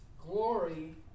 glory